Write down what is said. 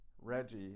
reggie